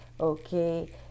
okay